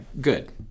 good